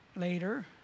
later